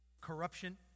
corruption